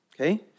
okay